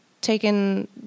taken